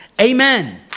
Amen